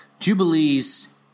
Jubilees